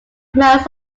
most